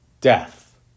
Death